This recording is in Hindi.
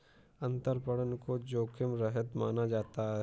अंतरपणन को जोखिम रहित माना जाता है